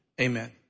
Amen